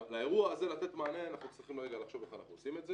לאירוע הזה לתת מענה אנחנו צריכים רגע לחשוב איך אנחנו עושים את זה,